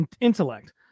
intellect